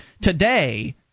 today –